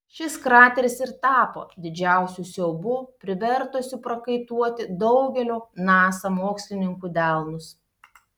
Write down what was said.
šis krateris ir tapo didžiausiu siaubu privertusiu prakaituoti daugelio nasa mokslininkų delnus